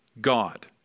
God